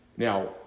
Now